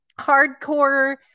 hardcore